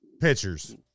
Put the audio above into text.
pitchers